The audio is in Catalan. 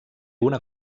una